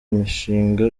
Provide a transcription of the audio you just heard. imishinga